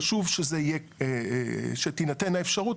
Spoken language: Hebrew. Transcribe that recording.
חשוב שתינתן האפשרות,